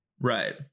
Right